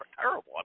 terrible